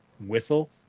whistle